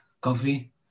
coffee